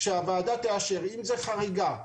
שהוועדה תאשר, אם זו חריגה,